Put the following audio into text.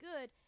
good